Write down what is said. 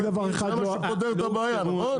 זה מה שפותר את הבעיה, נכון?